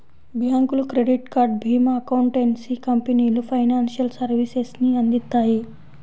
బ్యాంకులు, credit card, భీమా, accountancy కంపెనీలు ఫైనాన్షియల్ సర్వీసెస్ ని అందిత్తాయి